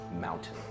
mountain